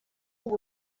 ubu